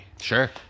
sure